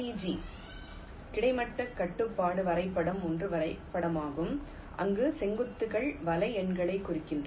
G கிடைமட்ட கட்டுப்பாட்டு வரைபடம் ஒரு வரைபடமாகும் அங்கு செங்குத்துகள் வலை எண்களைக் குறிக்கின்றன